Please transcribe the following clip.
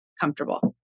comfortable